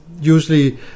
usually